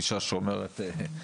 עם הגישה שאומרת מחר